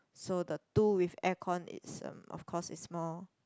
so the two with aircon it's um of course it's more